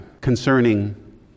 concerning